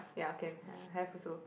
ya can have also